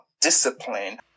discipline